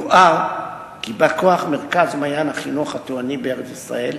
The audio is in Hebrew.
יוער כי בא-כוח מרכז "מעיין החינוך התורני בארץ-ישראל"